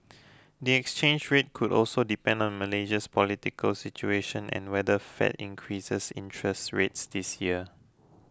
the exchange rate could also depend on Malaysia's political situation and whether Fed increases interest rates this year